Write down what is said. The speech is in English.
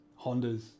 hondas